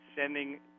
sending